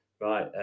Right